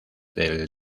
del